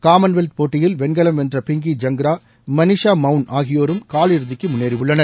Commonwealth போட்டியில் வெண்கலம் வென்ற பிங்கி ஜய்ரா மனிஷா மவுன் ஆகியோரும் காலிறுதிக்கு முன்னேறியுள்ளனர்